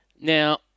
Now